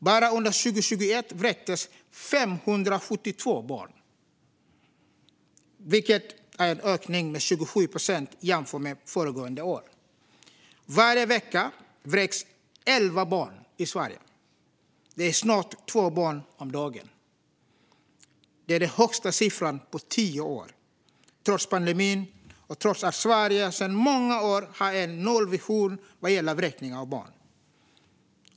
Bara under 2021 vräktes 572 barn, vilket är en ökning med 27 procent jämfört med föregående år. Varje vecka vräks 11 barn i Sverige. Det är snart 2 barn om dagen. Det är den högsta siffran på 10 år, trots pandemin och trots att Sverige sedan många år har en nollvision vad gäller vräkningar av barn.